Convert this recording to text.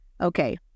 Okay